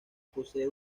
posee